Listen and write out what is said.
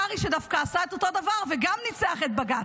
קרעי, שדווקא עשה את אותו הדבר וגם ניצח את בג"ץ,